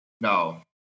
No